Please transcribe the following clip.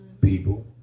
people